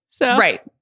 Right